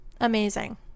amazing